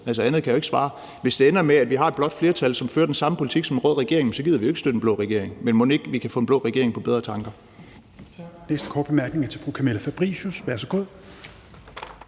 – andet kan jeg ikke svare. Hvis det ender med, at vi har et blåt flertal, som fører den samme politik som en rød regering, så gider vi jo ikke støtte en blå regering. Men mon ikke vi kan få en blå regering på bedre tanker?